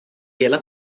hela